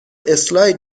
اسلاید